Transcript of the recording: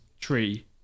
tree